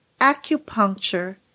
acupuncture